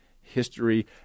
history